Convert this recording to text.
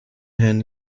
herrn